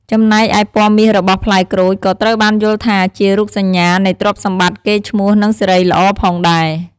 ចំណែកឯពណ៌មាសរបស់ផ្លែក្រូច ក៏ត្រូវបានយល់ថាជារូបសញ្ញា នៃទ្រព្យសម្បត្តិ កេរ្តិ៍ឈ្មោះ និងសិរីល្អផងដែរ។